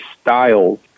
styles